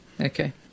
Okay